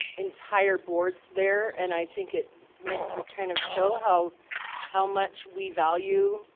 entire boards there. and i think it went to kind of show how how much we value